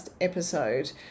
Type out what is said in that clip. episode